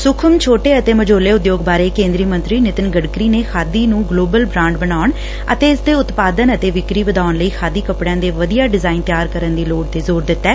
ਸੁਖਮ ਛੋਟੇ ਅਤੇ ਮਝੋਲੇ ਉਦਯੋਗ ਬਾਰੇ ਕੇਂਦਰੀ ਮੰਤਰੀ ਨਿਤਿਨ ਗਡਕਰੀ ਨੇ ਖਾਦੀ ਨੂੰ ਗਲੋਬਲ ਬਰਾਂਡ ਬਣਾਉਣ ਅਤੇ ਇਸ ਦੇ ਉਤਪਾਦਨ ਅਤੇ ਵਿਕਰੀ ਵਧਾਉਣ ਲਈ ਖਾਦੀ ਕੱਪੜਿਆਂ ਦੇ ਵਧੀਆ ਡਿਜਇਨ ਤਿਆਰ ਕਰਨ ਦੀ ਲੋੜ ਤੇ ਜ਼ੋਰ ਦਿੱਤੈ